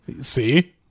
See